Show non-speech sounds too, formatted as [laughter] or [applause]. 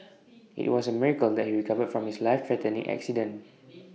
[noise] IT was A miracle that he recovered from his life threatening accident [noise]